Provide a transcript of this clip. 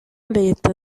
leta